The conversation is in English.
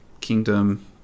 kingdom